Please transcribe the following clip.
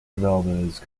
development